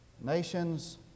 Nations